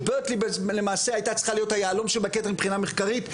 שברקלי למעשה הייתה צריכה להיות היהלום שבכתר מבחינה מחקרית,